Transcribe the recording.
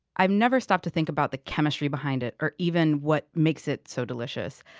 i've never stopped to think about the chemistry behind it, or even what makes it so delicious.